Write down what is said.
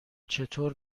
چطور